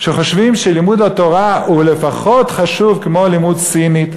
שחושבים שלימוד התורה הוא חשוב לפחות כמו לימוד סינית,